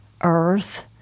earth